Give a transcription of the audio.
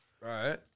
Right